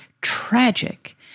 tragic